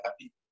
happy